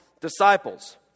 disciples